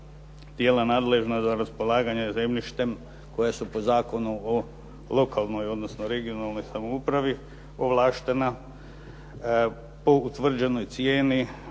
tijela nadležna za raspolaganjem zemljištem koja su po Zakonu o lokalnoj, odnosno regionalnoj samoupravi ovlaštena po utvrđenoj cijeni